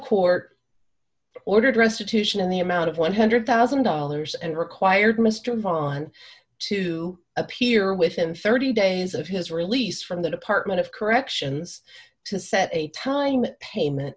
court ordered restitution in the amount of one hundred thousand dollars and required mr vaughan to appear within thirty days of his release from the department of corrections to set a time payment